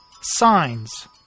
Signs